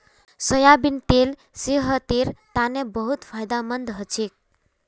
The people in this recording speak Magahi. सोयाबीनेर तेल सेहतेर तने बहुत फायदामंद हछेक